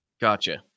Gotcha